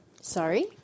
Sorry